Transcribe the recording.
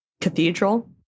cathedral